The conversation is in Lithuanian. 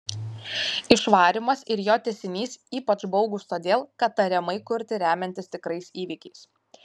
išvarymas ir jo tęsinys ypač baugūs todėl kad tariamai kurti remiantis tikrais įvykiais